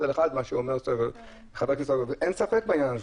ומה שאומר חבר הכנסת סגלוביץ' זה אחד על אחד ואין ספק בעניין הזה.